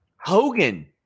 Hogan